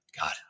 God